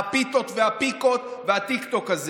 משר הפיתות והפיקות והטיקטוק.